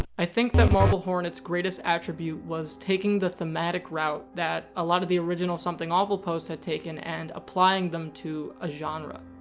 i think that marble hornets greatest attribute was taking the thematic route that a lot of the original something awful posts had taken and applying them to a genre.